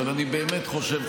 אני באמת חושב,